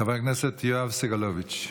חבר הכנסת יואב סגלוביץ'.